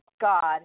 God